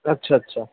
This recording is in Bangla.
আচ্ছা আচ্ছা